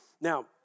Now